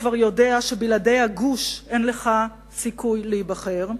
כבר יודע שבלעדי הגוש אין לך סיכוי להיבחר,